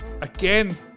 again